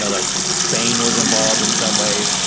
ah like spain was involved in some ways,